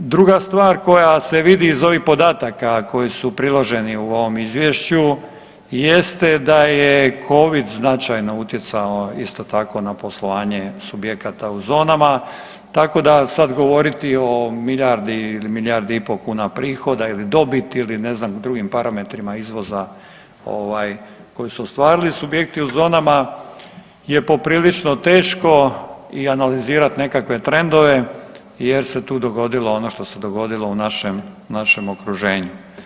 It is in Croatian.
Druga stvar koja se vidi iz ovih podataka, a koji su priloženi u ovom izvješću jeste da je covid značajno utjecao isto tako na poslovanje subjekata u zonama, tako da sad govoriti o milijardi, milijardi i pol kuna prihoda ili dobiti ili ne znam drugim parametrima izvoza koji su ostvarili subjekti u zonama je poprilično teško i analizirati nekakve trendove jer se tu dogodilo ono što se dogodilo u našem okruženju.